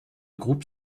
groupe